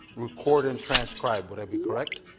record and transcribe, would i be correct?